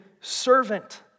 servant